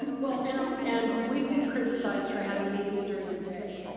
well and um and we've been criticized for having meetings during the day.